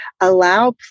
allow